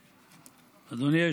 לרשותך, אדוני.